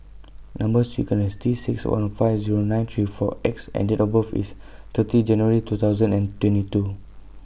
Number sequence IS T six one five Zero nine three four X and Date of birth IS thirty January two thousand and twenty two